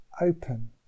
open